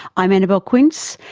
i'm annabelle quince,